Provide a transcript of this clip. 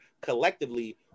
collectively